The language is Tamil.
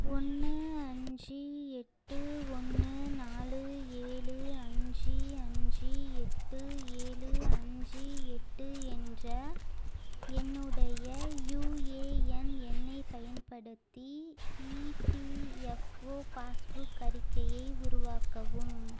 ஒன்று அஞ்சு எட்டு ஒன்று நாலு ஏழு அஞ்சு அஞ்சு எட்டு ஏழு அஞ்சு எட்டு என்ற என்னுடைய யுஏஎன் எண்ணைப் பயன்படுத்தி இபிஎஃப்ஓ பாஸ்புக் அறிக்கையை உருவாக்கவும்